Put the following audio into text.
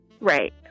Right